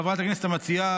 חברת הכנסת המציעה,